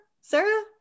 Sarah